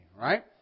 right